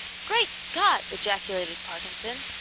great scott! ejaculated parkinson,